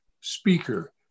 speaker